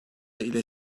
ile